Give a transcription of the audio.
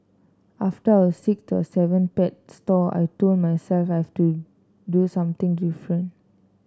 after our sixth or seventh pet store I told myself I've to do something different